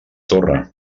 torre